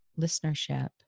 listenership